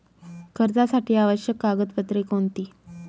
कर्जासाठी आवश्यक कागदपत्रे कोणती?